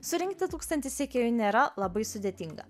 surinkti tūkstantį sekėjų nėra labai sudėtinga